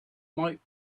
might